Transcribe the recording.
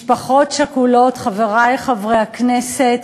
משפחות שכולות וכאב, חברי חברי הכנסת,